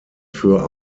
für